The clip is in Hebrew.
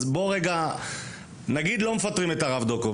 אז בוא רגע נגיד לא מפטרים את הרב דוקוב,